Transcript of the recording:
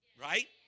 Right